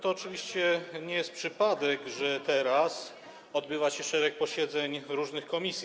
To oczywiście nie jest przypadek, że teraz odbywa się szereg posiedzeń różnych komisji.